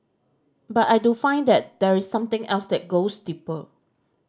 but I do find that there is something else that goes deeper